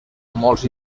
molts